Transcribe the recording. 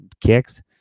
kicks